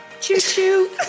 Choo-choo